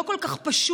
זה לא כל כך פשוט,